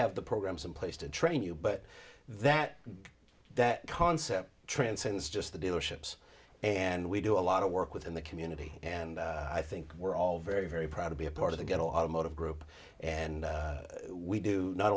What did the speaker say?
have the programs in place to train you but that that concept transcends just the dealerships and we do a lot of work within the community and i think we're all very very proud to be a part of the good automotive group and we do not